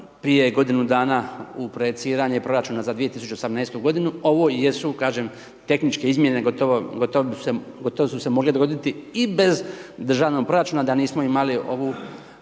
prije godinu dana u projiciranje proračuna za 2018. g., ovo jesu kažem, tehničke izmjene, gotovo su se mogle dogoditi i bez državnog proračuna da nismo imali ovu